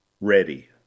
ready